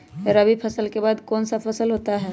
रवि फसल के बाद कौन सा फसल होता है?